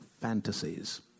fantasies